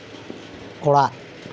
ᱚᱲᱟᱜ